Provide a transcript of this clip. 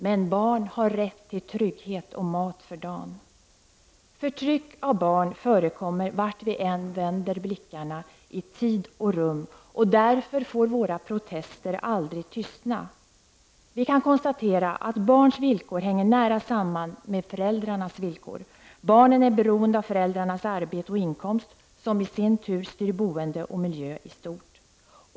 Men barn har rätt till trygghet och mat för dagen. Förtryck av barn förekommer vart vi än vänder blickarna i tid och rum. Därför får våra protester aldrig tystna. Vi kan konstatera att barns villkor hänger nära samman med föräldrarnas villkor. Barnen är beroende av föräldrarnas arbete och inkomst, som i sin tur styr boende och miljö i stort.